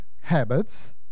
habits